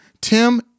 Tim